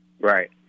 Right